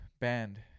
band